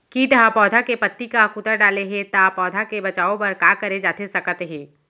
किट ह पौधा के पत्ती का कुतर डाले हे ता पौधा के बचाओ बर का करे जाथे सकत हे?